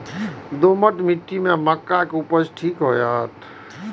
दोमट मिट्टी में मक्के उपज ठीक होते?